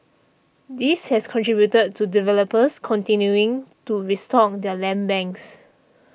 this has contributed to developers continuing to restock their land banks